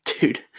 Dude